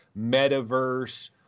metaverse